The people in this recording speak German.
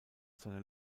seiner